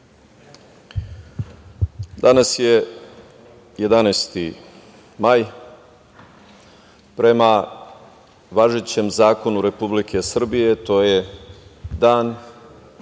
danas je 11. maj. Prema važećem zakonu Republike Srbije, to je Dan